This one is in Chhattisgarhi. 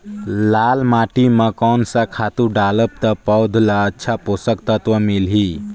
लाल माटी मां कोन सा खातु डालब ता पौध ला अच्छा पोषक तत्व मिलही?